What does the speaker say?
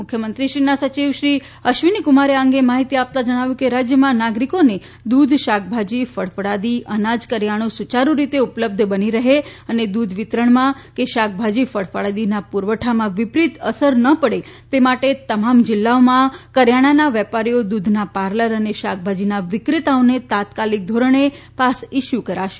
મુખ્યમંત્રીશ્રીના સચિવ શ્રી અશ્વિનીકુમારે આ અંગે માહિતી આપતા જણાવ્યું કે રાજયમાં નાગરીકોને દુધ શાકભાજી ફળફળાદી અનાજ કરીયાણુ સુયારૃ રીતે ઉપલબ્ધ બની રહે અને દુધ વિતરણમાં કે શાકભાજી ફળફળાદીના પુરવઠામાં વિપરીત અસર ન પડે તે માટે તમામ જિલ્લાઓમાં કરિયાણાના વેપારીઓ દૂધના પાર્લર અને શાકભાજીના વિક્રેતાઓને તાત્કાલિક ધોરણે પાસ ઇસ્યૂ કરાશે